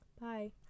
Bye